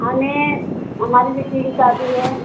हमें हमारी बेटी की शादी है